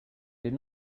did